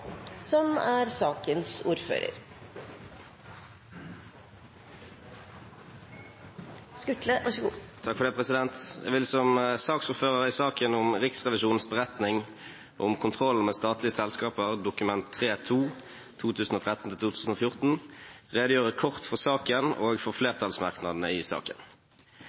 som ordfører for saken om Riksrevisjonens beretning om kontrollen med statlige selskaper, Dokument 3:2 for 2013–2014, redegjøre kort for saken og for flertallsmerknadene. Saken